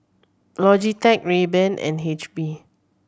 Logitech Rayban and H P